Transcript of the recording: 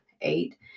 eight